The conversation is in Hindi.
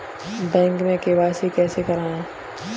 बैंक में के.वाई.सी कैसे करायें?